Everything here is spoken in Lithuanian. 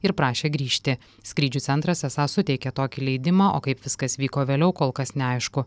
ir prašė grįžti skrydžių centras esą suteikė tokį leidimą o kaip viskas vyko vėliau kol kas neaišku